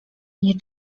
nie